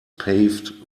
paved